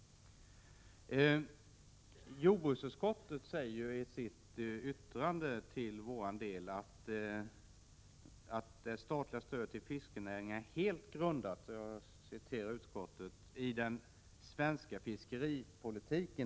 Jordbruksutskottet säger i sitt yttrande till vårt betänkande: ”att det statliga stödet till fiskerinäringen är helt grundat i den svenska fiskeripolitiken.